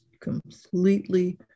completely